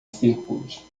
círculos